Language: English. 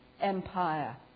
Empire